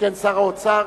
שכן שר האוצר,